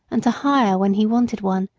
and to hire when he wanted one.